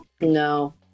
no